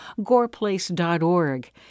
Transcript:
goreplace.org